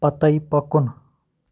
پتَے پکُن